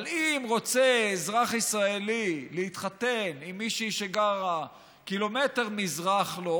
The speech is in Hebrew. אבל אם אזרח ישראלי רוצה להתחתן עם מישהי שגרה קילומטר מזרח לו,